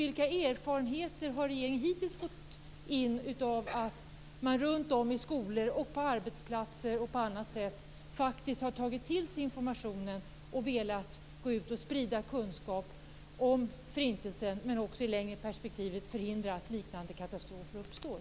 Vilka erfarenheter har regeringen hittills fått av att man runt om i skolor och på arbetsplatser faktiskt tagit till sig informationen och velat sprida kunskap om Förintelsen och i ett längre perspektiv vill förhindra att liknande katastrofer uppstår?